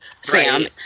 Sam